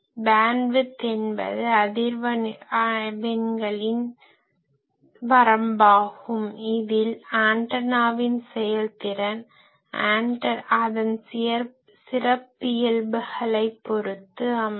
bandwidth என்பது அதிர்வெண்களின் வரம்பாகும் இதில் ஆன்டனாவின் செயல்திறன் அதன் சிறப்பியல்புகளைப் பொறுத்து அமையும்